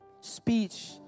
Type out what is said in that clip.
speech